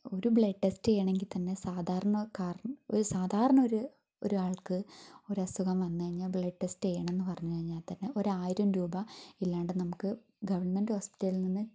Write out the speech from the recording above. ഒരു blood test ചെയ്യണെങ്കിൽ തന്നെ സാധാരണക്കാർ ഒരു സാധാരണ ഒരു ഒരാൾക്ക് ഒരു അസുഖം വന്ന് കഴിഞ്ഞാൽ ബ്ലഡ് ടെസ്റ്റ് ചെയ്യണംന്ന് പറഞ്ഞു കഴിഞ്ഞാൽ തന്നെ ഒരു ആയിരം രൂപ ഇല്ലാണ്ട് നമുക്ക് ഗവൺമെൻറ്റ് ഹോസ്പിറ്റലിൽ നിന്ന്